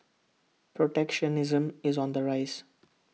protectionism is on the rise